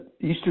Easter